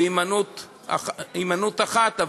בהימנעות אחת,